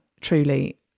truly